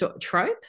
trope